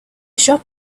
shop